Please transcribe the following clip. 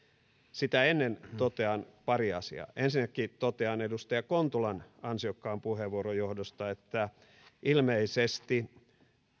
sitä ennen totean pari asiaa ensinnäkin totean edustaja kontulan ansiokkaan puheenvuoron johdosta että ilmeisesti